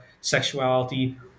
sexuality